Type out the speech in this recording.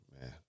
man